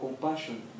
compassion